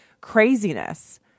craziness